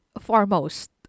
foremost